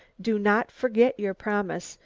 do not forget your promise,